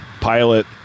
pilot